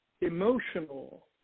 emotional